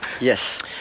Yes